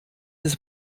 des